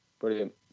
Brilliant